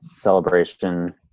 celebration